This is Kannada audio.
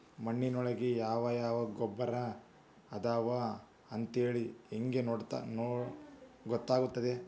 ಮಣ್ಣಿನೊಳಗೆ ಯಾವ ಯಾವ ಗೊಬ್ಬರ ಅದಾವ ಅಂತೇಳಿ ಹೆಂಗ್ ಗೊತ್ತಾಗುತ್ತೆ?